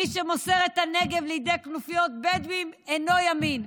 מי שמוסר את הנגב לידי כנופיות בדואים אינו ימין.